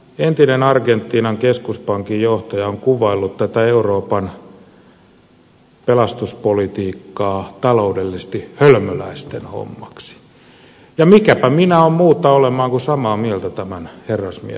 entinen argentiinan keskuspankin johtaja on kuvaillut tätä euroopan pelastuspolitiikkaa taloudellisesti hölmöläisten hommaksi ja mikäpä minä olen muuta olemaan kuin samaa mieltä tämän herrasmiehen kanssa